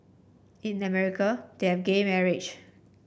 in America they have gay marriage